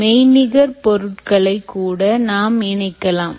மெய்நிகர் பொருட்களைக் கூட நாம் இணைக்கலாம்